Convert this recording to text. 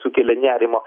sukėlė nerimą